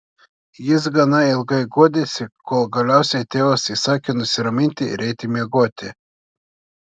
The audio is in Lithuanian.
jis gana ilgai guodėsi kol galiausiai tėvas įsakė nusiraminti ir eiti miegoti